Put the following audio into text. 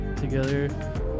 together